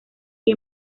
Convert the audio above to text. que